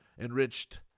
enriched